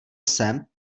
jsem